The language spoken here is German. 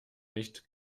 nicht